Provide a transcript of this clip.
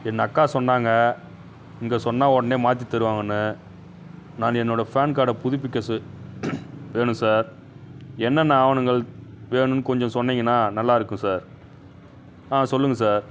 என் அக்கா சொன்னாங்க இங்கே சொன்னால் உடனே மாற்றித் தருவாங்கன்னு நான் என்னோடய ஃபேன் கார்டை புதுப்பிக்க சொ வேணும் சார் என்னென்ன ஆவணங்கள் வேணும்னு கொஞ்சம் சொன்னீங்கன்னால் நல்லாயிருக்கும் சார் ஆ சொல்லுங்கள் சார்